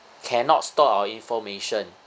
cannot store information